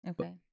Okay